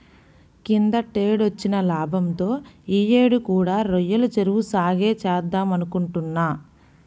కిందటేడొచ్చిన లాభంతో యీ యేడు కూడా రొయ్యల చెరువు సాగే చేద్దామనుకుంటున్నా